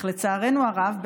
אך לצערנו הרב,